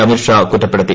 അമിത്ഷാ കുറ്റപ്പെടുത്തി